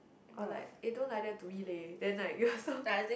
or like eh don't like that to me leh then like you also